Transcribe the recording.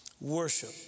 Worship